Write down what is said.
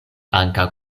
ankaŭ